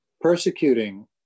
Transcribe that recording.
persecuting